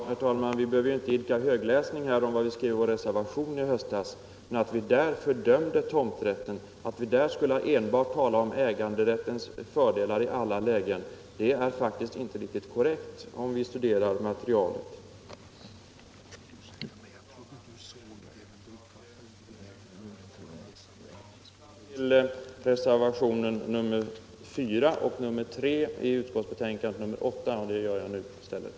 Herr talman! Vi behöver inte idka högläsning ur vår reservation i höstas, men att vi där skulle ha fördömt tomträtten och enbart talat om äganderättens fördelar i alla lägen är faktiskt inte korrekt. I mitt första inlägg glömde jag att yrka bifall till reservationerna 3 och 4 vid utskottets betänkande nr 8, och jag framställer därför detta yrkande nu i stället.